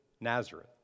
Nazareth